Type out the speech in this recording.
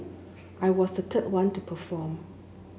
i was the third one to perform